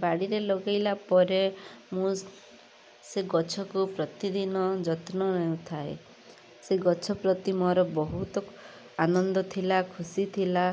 ବାଡ଼ିରେ ଲଗେଇଲା ପରେ ମୁଁ ସେ ଗଛକୁ ପ୍ରତିଦିନ ଯତ୍ନ ନେଉଥାଏ ସେ ଗଛ ପ୍ରତି ମୋର ବହୁତ ଆନନ୍ଦ ଥିଲା ଖୁସି ଥିଲା